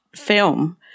film